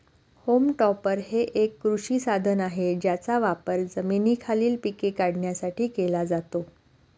home टॉपर हे एक कृषी साधन आहे ज्याचा वापर जमिनीखालील पिके काढण्यासाठी केला जातो